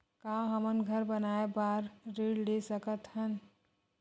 का हमन घर बनाए बार ऋण ले सकत हन?